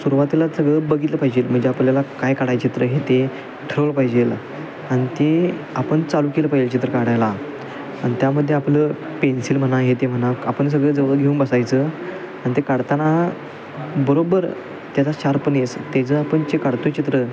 सुरुवातीलाच सगळं बघितलं पाहिजेल म्हणजे आपल्याला काय काढाय चित्र हे ते ठरवलं पाहिजेल आणि ते आपण चालू केलं पाहिजे चित्र काढायला आणि त्यामध्ये आपलं पेन्सिल म्हणा हे ते म्हणा आपण सगळं जवळ घेऊन बसायचं आणि ते काढताना बरोबर त्याचा शार्पनेस त्याचं आपण जे काढतो आहे चित्र